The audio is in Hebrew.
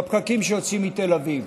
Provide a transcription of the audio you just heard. בפקקים שיוצאים מתל אביב.